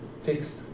fixed